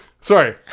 Sorry